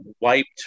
wiped